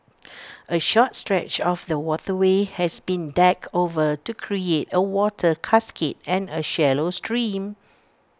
A short stretch of the waterway has been decked over to create A water cascade and A shallow stream